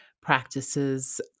practices